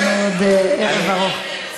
יש לנו עוד ערב ארוך.